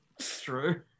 True